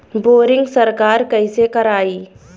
Boring सरकार कईसे करायी?